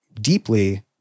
deeply